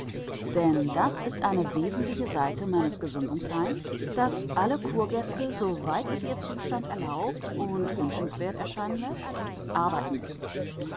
denn das ist eine wesentliche seite meines gesundungsheims daß alle kurgäste soweit es ihr zustand erlaubt und wünschenswert erscheinen läßt arbeiten müssen